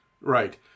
Right